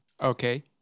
Okay